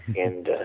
and